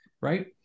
right